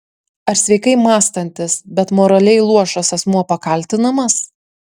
ar sveikai mąstantis bet moraliai luošas asmuo pakaltinamas